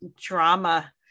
drama